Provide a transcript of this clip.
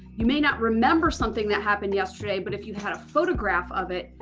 you may not remember something that happened yesterday, but if you had a photograph of it,